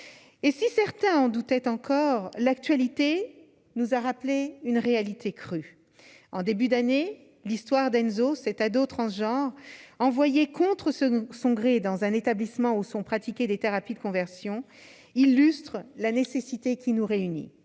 Et si certains en doutaient encore, l'actualité nous a rappelé en début d'année cette réalité crue. L'histoire d'Enzo, cet adolescent transgenre envoyé contre son gré dans un établissement où sont pratiquées des thérapies de conversion, illustre la nécessité du texte qui nous réunit.